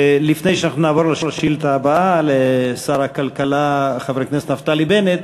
לפני שנעבור לשאילתה הבאה, לשר הכלכלה נפתלי בנט,